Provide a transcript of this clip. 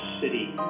city